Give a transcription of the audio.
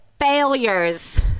Failures